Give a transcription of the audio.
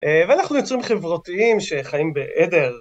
ואנחנו יוצרים חברתיים שחיים בעדר.